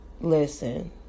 Listen